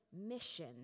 mission